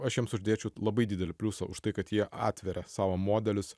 aš jiems uždėčiau labai didelį pliusą už tai kad jie atveria savo modelius